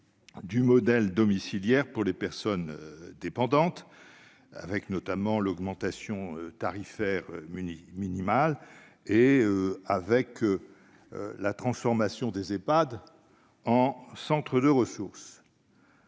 du modèle domiciliaire pour les personnes dépendantes, notamment avec l'augmentation tarifaire minimale et la transformation des Ehpad en centres de ressources.